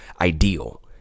ideal